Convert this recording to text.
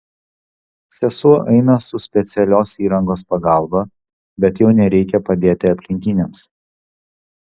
sesuo eina su specialios įrangos pagalba bet jau nereikia padėti aplinkiniams